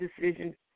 decision